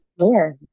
Sure